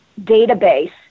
database